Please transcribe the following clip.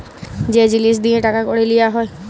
যে জিলিস দিঁয়ে টাকা কড়ি লিয়া হ্যয়